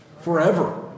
Forever